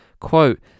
quote